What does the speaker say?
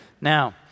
Now